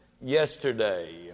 yesterday